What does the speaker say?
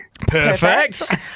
Perfect